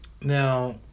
Now